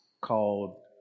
called